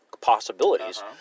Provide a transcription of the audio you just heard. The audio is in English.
possibilities